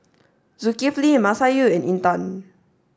Zulkifli Masayu and Intan